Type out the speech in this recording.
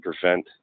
prevent